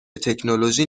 تکنولوژی